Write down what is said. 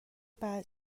کوری